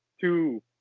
two